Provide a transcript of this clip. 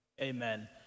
Amen